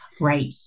Right